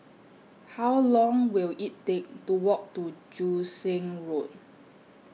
How Long Will IT Take to Walk to Joo Seng Road